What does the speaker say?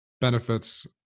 benefits